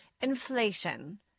Inflation